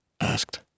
Asked